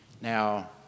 Now